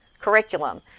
curriculum